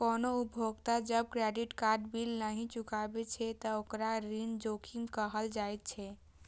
कोनो उपभोक्ता जब क्रेडिट कार्ड बिल नहि चुकाबै छै, ते ओकरा ऋण जोखिम कहल जाइ छै